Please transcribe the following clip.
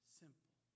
simple